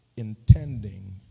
intending